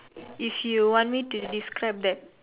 if you want me to describe that